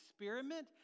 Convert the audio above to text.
experiment